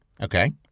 Okay